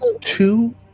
two